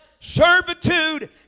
Servitude